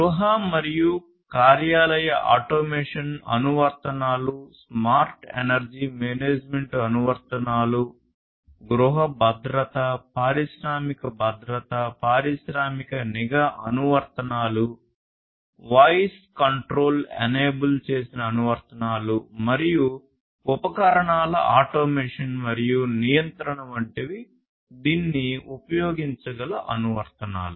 గృహ మరియు కార్యాలయ ఆటోమేషన్ అనువర్తనాలు స్మార్ట్ ఎనర్జీ మేనేజ్మెంట్ అనువర్తనాలు గృహ భద్రత పారిశ్రామిక భద్రత పారిశ్రామిక నిఘా అనువర్తనాలు వాయిస్ కంట్రోల్ ఎనేబుల్ చేసిన అనువర్తనాలు మరియు ఉపకరణాల ఆటోమేషన్ మరియు నియంత్రణ వంటివి దీనిని ఉపయోగించగల అనువర్తనాలు